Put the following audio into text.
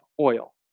oil